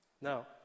Now